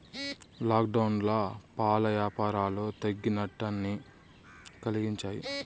లాక్డౌన్లో పాల యాపారాలు తగ్గి నట్టాన్ని కలిగించాయి